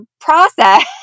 process